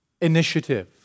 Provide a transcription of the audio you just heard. initiative